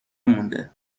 مونده